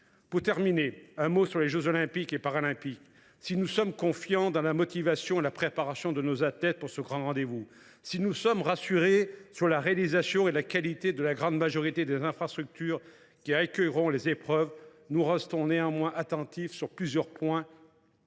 mon intervention en évoquant les jeux Olympiques et Paralympiques. Si nous avons confiance dans la motivation et la préparation de nos athlètes pour ce grand rendez vous, si nous sommes rassurés sur la réalisation et la qualité de la grande majorité des infrastructures qui accueilleront les épreuves, nous restons néanmoins attentifs sur plusieurs points